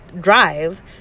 drive